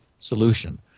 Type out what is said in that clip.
solution